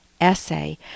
essay